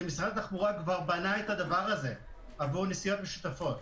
כשמשרד התחבורה כבר בנה את זה עבור נסיעות משותפות.